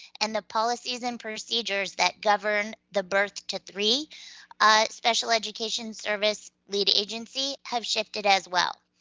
and the policies and procedures that govern the birth to three ah special education service lead agency have shifted as well.